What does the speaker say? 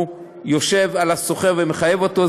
יושב על השוכר ומחייב אותו,